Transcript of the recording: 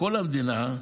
בכל המדינה,